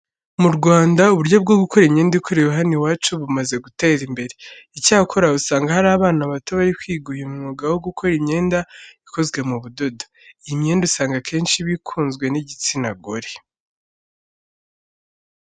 Mu Rwanda, uburyo bwo gukora imyenda ikorewe hano iwacu bumaze gutera imbere. Icyakora, usanga hari abana bato bari kwiga uyu mwuga wo gukora imyenda ikozwe mu budodo. Iyi myenda usanga akenshi iba ikunzwe n'igitsina gore.